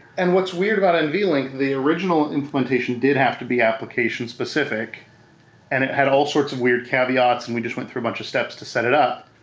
and what's weird about nvlink, the original implementation did have to be application specific and it had all sorts of weird caveats and we just went through a bunch of steps to set it up.